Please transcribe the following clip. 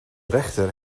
rechter